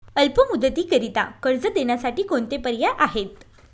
अल्प मुदतीकरीता कर्ज देण्यासाठी कोणते पर्याय आहेत?